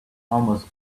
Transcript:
almost